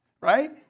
right